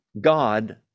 God